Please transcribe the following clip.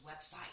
website